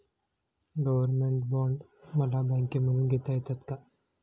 Government bond मला बँकेमधून घेता येतात का?